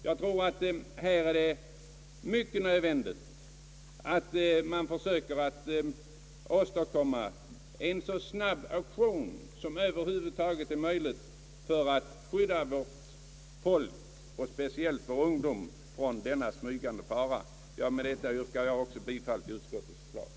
Jag anser att det är i hög grad nödvändigt att vi försöker åstadkomma en så snabb aktion som över huvud taget är möjlig för att skydda vårt folk och speciellt vår ungdom från denna smygande fara. Med detta yrkar jag bifall till utskottets förslag.